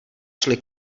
šli